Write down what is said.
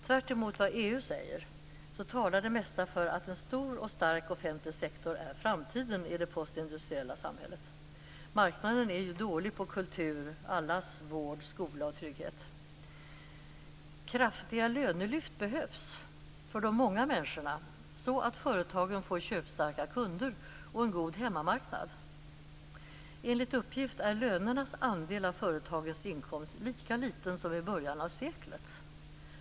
Tvärtemot vad EU säger talar det mesta för att en stor och stark offentlig sektor är framtiden i det postindustriella samhället. Marknaden är ju dålig på kultur, allas vård, skola och trygghet. Kraftiga lönelyft behövs för de många människorna, så att företagen får köpstarka kunder och en god hemmamarknad. Enligt uppgift är lönernas andel av företagens inkomster lika liten som i början av seklet.